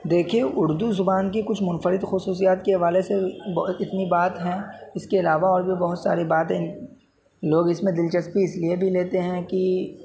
دیکھیئے اردو زبان کی کچھ منفرد خصوصیات کے حوالے سے اتنی بات ہیں اس کے علاوہ اور بھی بہت ساری باتیں لوگ اس میں دلچسپی اس لیے بھی لیتے ہیں کہ